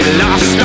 lost